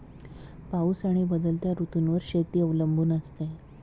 पाऊस आणि बदलत्या ऋतूंवर शेती अवलंबून असते